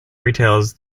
retailers